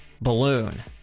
Balloon